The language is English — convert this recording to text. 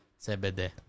CBD